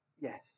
Yes